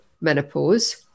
menopause